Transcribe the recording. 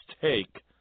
take